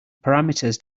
parameters